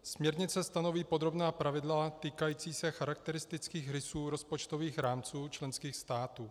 Směrnice stanoví podrobná pravidla týkající se charakteristických rysů rozpočtových rámců členských států.